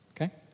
okay